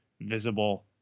visible